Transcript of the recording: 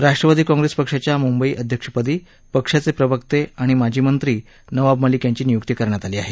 राष्ट्रवादी काँग्रेस पक्षाच्या मुंबई अध्यक्षपदी पक्षाचे प्रवक्ते आणि माजी मंत्री नवाब मलिक यांची नियुक्ती करण्यात आली आहे